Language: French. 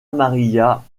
maria